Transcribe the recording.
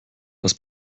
das